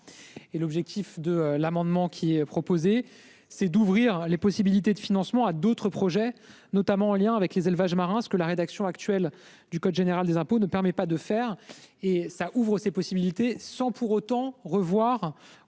et l'objectif de l'amendement qui est proposée, c'est d'ouvrir les possibilités de financement à d'autres projets, notamment en lien avec les élevages marins ce que la rédaction actuelle du code général des impôts ne permet pas de faire et ça ouvre ses possibilités sans pour autant revoir